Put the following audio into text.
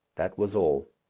that was all.